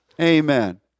Amen